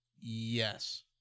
Yes